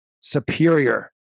superior